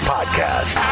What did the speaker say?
Podcast